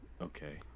Okay